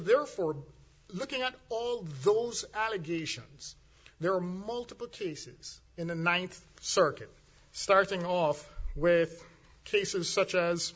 therefore we're looking at all those allegations there are multiple cases in the ninth circuit starting off with cases such as